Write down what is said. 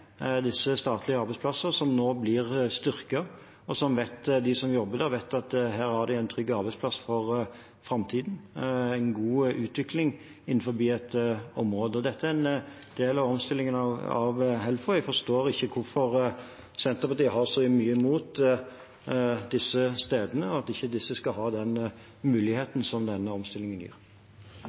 disse statlige arbeidsplassene, og som nå blir styrket, og de som jobber der, vet at her har de en trygg arbeidsplass for framtiden, en god utvikling innenfor et område. Dette er en del av omstillingen av Helfo. Jeg forstår ikke hvorfor Senterpartiet har så mye imot disse stedene, og at ikke disse skal ha den muligheten som denne omstillingen gir.